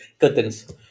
curtains